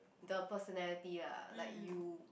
the personality lah like you